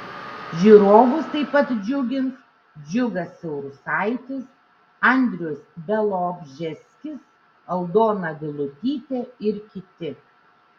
žiūrovus taip pat džiugins džiugas siaurusaitis andrius bialobžeskis aldona vilutytė ir kiti